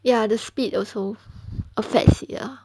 ya the speed also affects ya